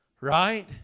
Right